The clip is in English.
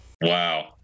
Wow